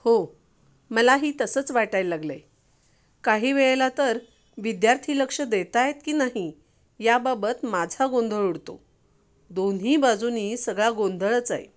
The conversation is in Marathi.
हो मलाही तसंच वाटाय लागलं आहे काही वेळेला तर विद्यार्थी लक्ष देत आहेत की नाही याबाबत माझा गोंधळ उडतो दोन्ही बाजूंनी सगळा गोंधळच आहे